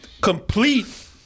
complete